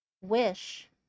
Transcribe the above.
wish